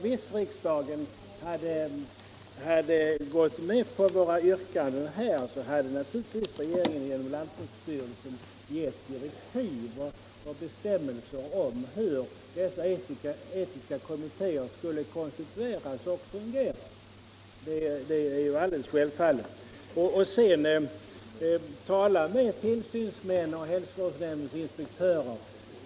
Om riksdagen hade gått med på våra yrkanden hade naturligtvis regeringen genom lantbruksstyrelsen utfärdat direktiv och bestämmelser om hur dessa etiska kommittéer skulle konstitueras och fungera. Det är alldeles självklart. Tala sedan med tillsyningsmännen och hälsovårdsinspektörerna.